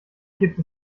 gibt